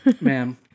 Ma'am